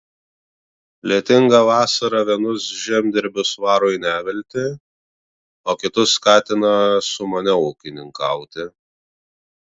lietinga vasara vienus žemdirbius varo į neviltį o kitus skatina sumaniau ūkininkauti